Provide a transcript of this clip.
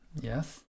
yes